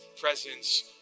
presence